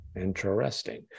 Interesting